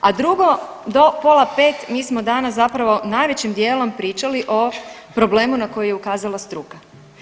A drugo do pola 5 mi smo danas zapravo najvećim dijelom pričali o problemu na koji je ukazala struka.